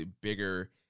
bigger